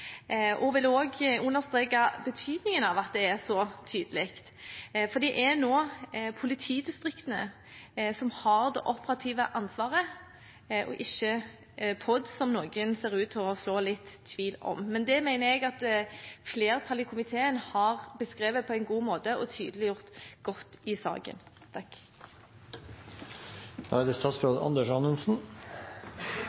og jeg vil også understreke betydningen av at det er så tydelig, for det er nå politidistriktene som har det operative ansvaret – ikke POD, som noen ser ut til å så litt tvil om. Men det mener jeg at flertallet i komiteen har beskrevet på en god måte og tydeliggjort godt i saken.